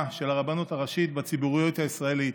של הרבנות הראשית בציבוריות הישראלית,